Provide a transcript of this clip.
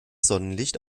sonnenlicht